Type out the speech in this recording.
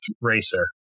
racer